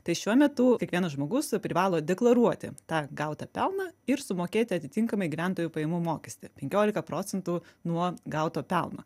tai šiuo metu kiekvienas žmogus privalo deklaruoti tą gautą pelną ir sumokėti atitinkamai gyventojų pajamų mokestį penkioliką procentų nuo gauto pelno